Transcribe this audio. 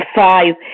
five